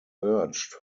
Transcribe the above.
urged